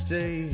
Stay